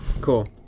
Cool